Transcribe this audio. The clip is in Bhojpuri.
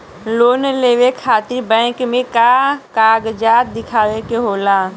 लोन लेवे खातिर बैंक मे का कागजात दिखावे के होला?